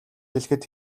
хэлэхэд